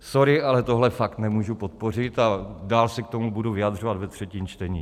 Sorry, ale tohle fakt nemůžu podpořit a dál se k tomu budu vyjadřovat ve třetím čtení.